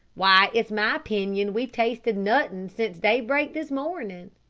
why, it's my pinion we've tasted nothin since daybreak this mornin'.